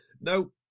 no